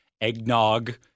eggnog